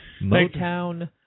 Motown